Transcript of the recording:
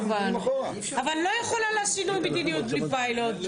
אבל לא יכולים לשנות מדיניות בלי פיילוט.